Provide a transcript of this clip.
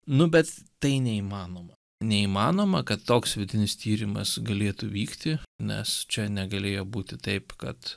nu bet tai neįmanoma neįmanoma kad toks vidinis tyrimas galėtų vykti nes čia negalėjo būti taip kad